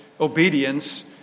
obedience